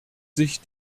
sich